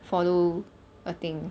follow a thing